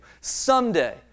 Someday